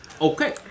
Okay